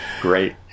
Great